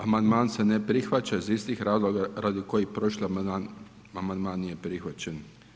Amandman se ne prihvaća iz istih razloga radi kojih prošli amandman nije prihvaćen.